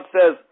says